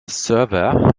server